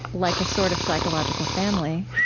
like a sort of psychological family,